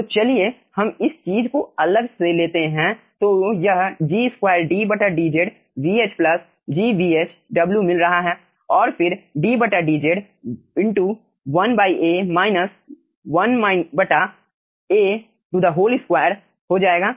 तो चलिए हम इस चीज़ को अलग से लेते हैं तो यह है G2 ddz vh plus G vh W मिल रहा है और फिर ddz 1A - 1A2 हो जाएगा